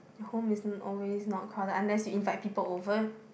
the home is always not crowded unless you invite people over